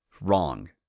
Wrong